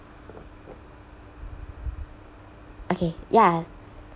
okay ya